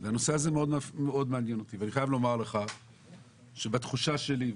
והנושא הזה מאוד מעניין אותי ואני חייב לומר לך שבתחושה שלי,